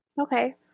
Okay